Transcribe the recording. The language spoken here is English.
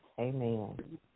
Amen